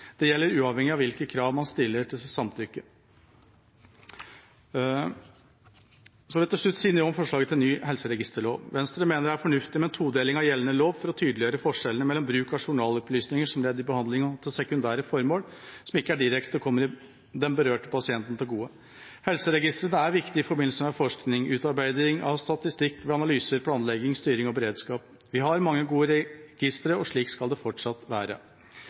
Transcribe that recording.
Det gjelder uavhengig av hvilke krav man stiller til samtykke. Så vil jeg til slutt si noe om forslaget til ny helseregisterlov. Venstre mener det er fornuftig med en todeling av gjeldende lov for å tydeliggjøre forskjellen mellom bruk av journalopplysninger som ledd i behandling og til sekundære formål som ikke direkte kommer den berørte pasienten til gode. Helseregistrene er viktige i forbindelse med forskning, utarbeiding av statistikk, ved analyser, planlegging, styring og beredskap. Vi har mange gode registre, og slik skal det fortsatt være.